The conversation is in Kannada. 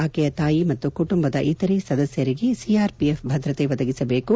ಆಕೆಯ ತಾಯಿ ಮತ್ತು ಕುಟುಂಬದ ಇತರೆ ಸದಸ್ಕರಿಗೆ ಸಿಆರ್ಪಿಎಫ್ ಭದ್ರತೆ ಒದಗಿಸಬೇಕು